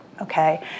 okay